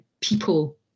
people